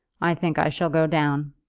i think i shall go down.